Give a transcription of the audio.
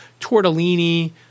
tortellini